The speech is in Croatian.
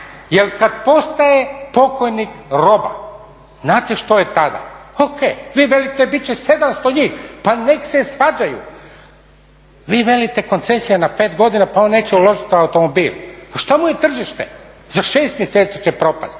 kad postaje pokojnik roba, znate šta je tada? O.k. Vi velite bit će 700 njih. Pa nek' se svađaju. Vi velite koncesija na 5 godina, pa on neće uložiti u automobil. A što mu je tržište? Za 6 mjeseci će propasti.